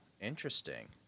interesting